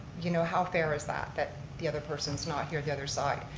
you know, how fair is that? that the other person's not here, the other side.